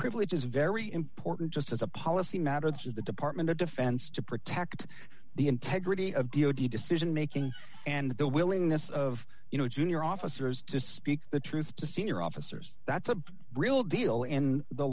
privilege is very important just as a policy matter through the department of defense to protect the integrity of d o d decision making and the willingness of you know junior officers to speak the truth to senior officers that's a real deal and the